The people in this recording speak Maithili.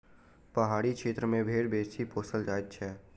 पहाड़ी क्षेत्र मे भेंड़ बेसी पोसल जाइत छै